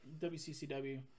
WCCW